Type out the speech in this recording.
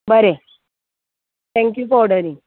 बरें thank you for ordering